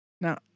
Now